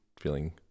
feeling